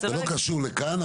זה לא קשור לכאן,